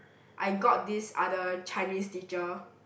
I got this other Chinese teacher